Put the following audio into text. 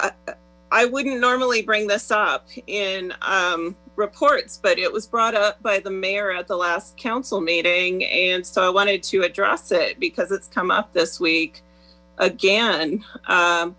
cut i wouldn't normally bring this up in reports but it was brought up by the mayor at the last council meeting and so i wanted to address it because it's come up this week again